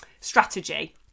strategy